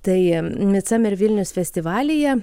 tai midsummer vilniaus festivalyje